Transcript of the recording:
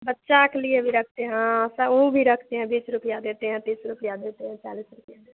बच्चा के लिए भी रखते हाँ सब ऊ भी रखते हैं बीस रुपिया देते हैं तीस रुपिया देते हैं चालीस रुपिया में